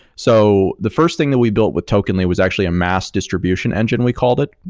so the first thing that we built with tokenly was actually a mass distribution engine we called it,